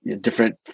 different